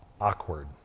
awkward